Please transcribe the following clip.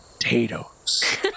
potatoes